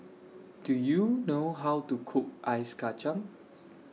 Do YOU know How to Cook Ice Kachang